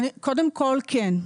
קודם כול כן,